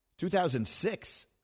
2006